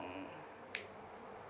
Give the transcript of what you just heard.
mm